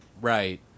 Right